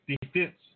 defense